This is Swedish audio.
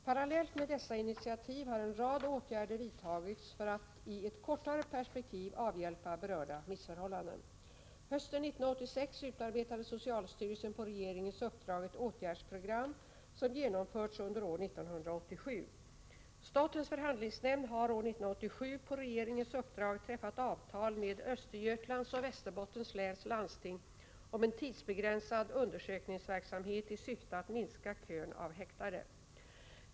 Parallellt med dessa initiativ har en rad åtgärder vidtagits för att i ett kortare perspektiv avhjälpa berörda missförhållanden. Hösten 1986 utarbetade socialstyrelsen på regeringens uppdrag ett åtgärdsprogram som genomförts under år 1987. Statens förhandlingsnämnd har år 1987 på regeringens uppdrag träffat avtal med Östergötlands och Västerbottens läns landsting om en tidsbegränsad undersökningsverksamhet i syfte att minska kön av häktade.